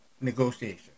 negotiation